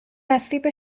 نصیب